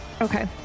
okay